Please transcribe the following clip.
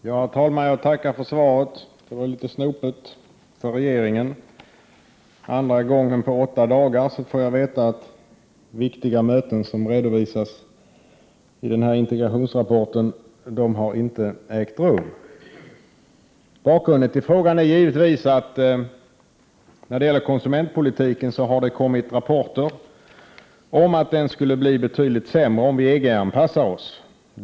Herr talman! Jag tackar för svaret. Detta var väl litet snopet för regeringen —- för andra gången på åtta dagar får jag nu veta att viktiga möten som redovisas i den här integrationsrapporten inte har ägt rum. SS Bakgrunden till frågan är givetvis att det när det gäller konsumentpolitiken har kommit rapporter om att den skulle bli betydligt sämre om vi EG anpassar oss.